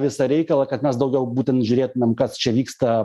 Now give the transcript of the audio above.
visą reikalą kad mes daugiau būtent žiūrėtumėm kas čia vyksta